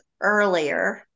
earlier